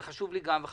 זה חשוב גם לי וגם